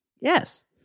Yes